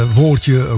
woordje